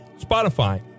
Spotify